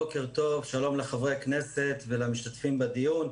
בוקר טוב, שלום לחברי הכנסת ולמשתתפים בדיון.